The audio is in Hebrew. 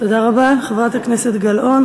תודה רבה לחברת הכנסת גלאון.